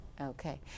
Okay